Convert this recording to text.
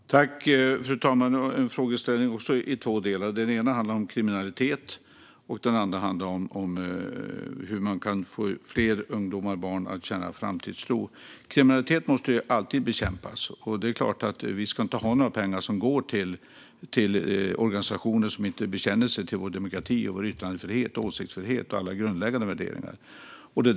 Fru talman! Det var en frågeställning i två delar. Den ena delen handlar om kriminalitet och den andra om hur man kan få fler barn och ungdomar att känna framtidstro. Kriminalitet måste alltid bekämpas. Vi ska inte ha några pengar som går till organisationer som inte bekänner sig till vår demokrati, yttrandefrihet och åsiktsfrihet och till alla våra grundläggande värderingar.